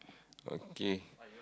okay